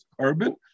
carbon